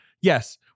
Yes